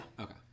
Okay